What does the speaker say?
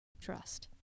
Trust